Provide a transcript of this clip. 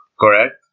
correct